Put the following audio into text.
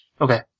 Okay